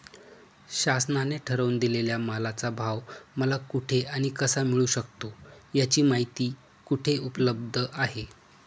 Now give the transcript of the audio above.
शासनाने ठरवून दिलेल्या मालाचा भाव मला कुठे आणि कसा मिळू शकतो? याची माहिती कुठे उपलब्ध आहे?